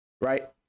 Right